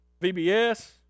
VBS